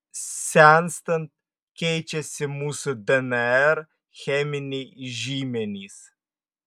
senstant keičiasi mūsų dnr cheminiai žymenys